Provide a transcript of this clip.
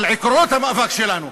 על עקרונות המאבק שלנו,